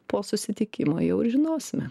po susitikimo jau žinosime